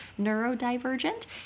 neurodivergent